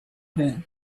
her